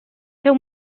seu